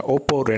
Oppo